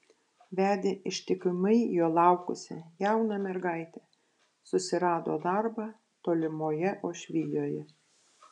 vedė ištikimai jo laukusią jauną mergaitę susirado darbą tolimoje uošvijoje